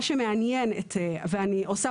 מה שמעניין ברוב הרשויות ואני יודעת שאני עושה